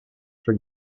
for